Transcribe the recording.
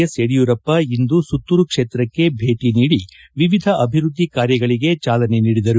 S Yediyurappa ಇಂದು ಸುತ್ತೂರು ಕ್ಷೇತ್ರಕ್ಕೆ ಭೇಟಿ ನೀಡಿ ವಿವಿಧ ಅಭಿವೃದ್ಧಿ ಕಾರ್ಯಗಳಿಗೆ ಚಾಲನೆ ನೀಡಿದರು